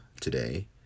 Today